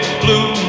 blue